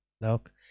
Look